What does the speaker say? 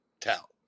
tell